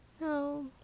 No